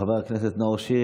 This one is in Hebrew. חבר הכנסת נאור שירי,